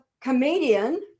comedian